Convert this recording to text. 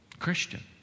Christian